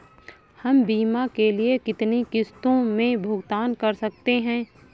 हम बीमा के लिए कितनी किश्तों में भुगतान कर सकते हैं?